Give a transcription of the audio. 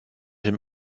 dem